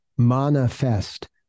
manifest